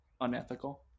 unethical